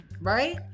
right